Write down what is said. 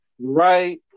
Right